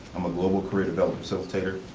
i'm a global career development facilitator.